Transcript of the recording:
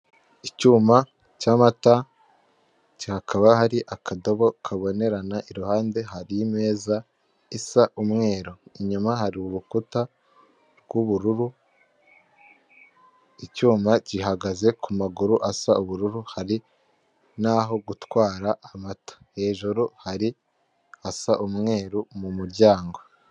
Icyuma cy'amata hakaba hari akadobo kabonerana iruhande hari imeza isa umweru, inyuma hari urukuta rw'ubururu icyuma gihagaze ku maguru asa ubururu hari naho gutwara amata, hejuru hari ahasa umweru mu muryango.